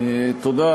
תודה.